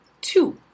two